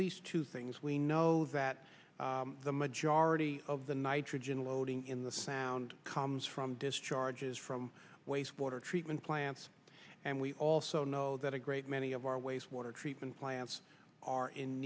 least two things we know that the majority of the nitrogen loading in the sound comes from charges from wastewater treatment plants and we also know that a great many of our waste water treatment plants are in